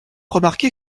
remarqué